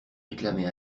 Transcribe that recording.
réclamait